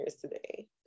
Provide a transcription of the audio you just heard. today